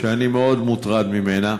שאני מאוד מוטרד ממנה,